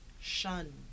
shun